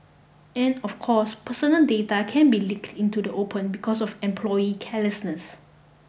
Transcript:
and of course personal data can be leaked into the open because of employee carelessness